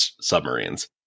submarines